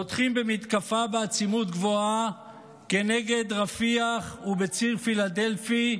פותחים במתקפה בעצימות גבוהה כנגד רפיח ובציר פילדלפי,